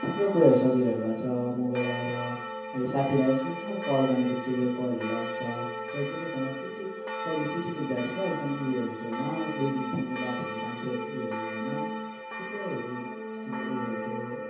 थुप्रो कुराहरू सजिलोहरू भएको छ मोबाइल आएर अनि साथीलाई यसो कल गर्नेबित्तिकै कलहरू लाग्छ पहिले त्यस्तो थिएन चिट्ठी पहिले चिट्ठी लेख्दाखेरि पुरा एकदम उयो हुन्थ्यो होइन दुई दिन तिन दिन बादहरू जान्थ्यो उयोहरू होइन थुप्रैहरू उयो हुन्थ्यो